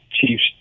Chiefs